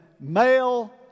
male